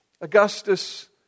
Augustus